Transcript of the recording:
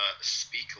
speak